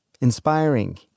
inspiring